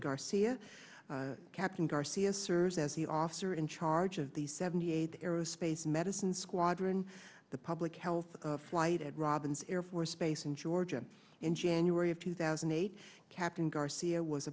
garcia captain garcia serves as the officer in charge of the seventy eight aerospace medicine squadron the public health flight at robins air force base in georgia and january of two thousand and eight captain garcia was